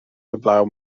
heblaw